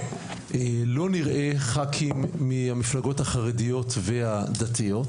לא נראים ח"כים מהמפלגות החרדיות והדתיות.